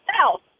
South